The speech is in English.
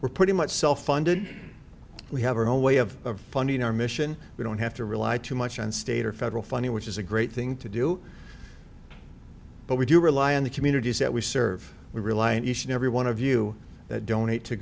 we're pretty much self funded we have our own way of funding our mission we don't have to rely too much on state or federal funding which is a great thing to do but we do rely on the communities that we serve we rely on each and every one of you donate to